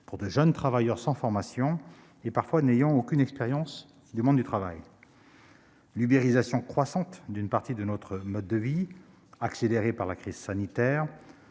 pour de jeunes travailleurs sans formation et n'ayant parfois aucune expérience du monde du travail. L'ubérisation croissante d'une partie de notre mode vie, qui s'est accélérée avec la crise sanitaire,